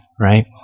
right